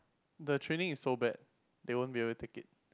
the training is so bad they won't be able to take it